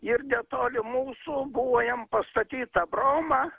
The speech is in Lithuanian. ir netoli mūsų buvo jam pastatyta broma